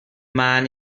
man